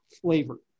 flavor